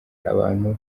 abantu